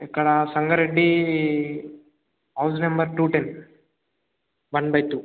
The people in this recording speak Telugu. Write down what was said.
ఇక్కడ Sangareddy house number two ten one by two